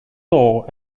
door